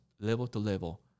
level-to-level